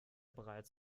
bereits